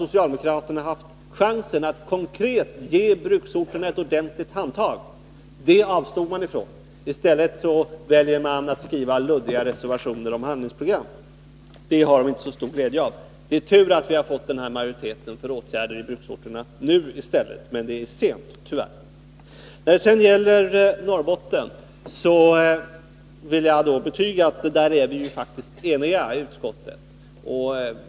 Socialdemokraterna hade alltså chansen att konkret ge bruksorterna ett ordentligt handtag, men det avstod man från. I stället väljer man att skriva luddiga reservationer om handlingsprogram. Sådana har vi inte så stor glädje av. Det är tur att vi nu har fått majoritet för åtgärder i bruksorterna, men det är tyvärr litet sent. Beträffande de åtgärder som behöver sättas in i Norrbotten är utskottet faktiskt enigt.